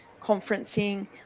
conferencing